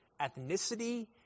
ethnicity